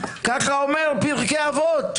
ככה אומר פרקי אבות.